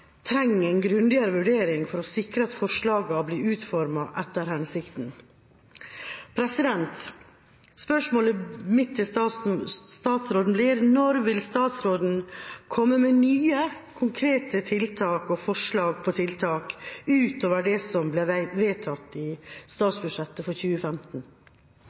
trenger en grundigere vurdering for å sikre at forslagene blir utformet etter hensikten. Spørsmålet mitt til statsråden blir: Når vil statsråden komme med nye, konkrete tiltak og forslag til tiltak utover det som ble vedtatt i statsbudsjettet for 2015?